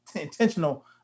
intentional